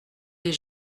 des